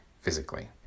physically